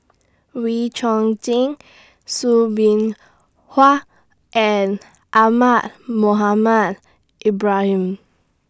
Wee Chong Jin Soo Bin and Ahmad Mohamed Ibrahim